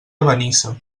benissa